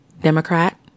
Democrat